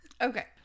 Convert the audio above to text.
Okay